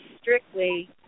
strictly